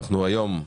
היום,